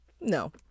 No